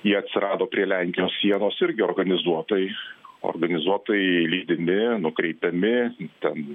jie atsirado prie lenkijos sienos irgi organizuotai organizuotai lydimi nukreipiami ten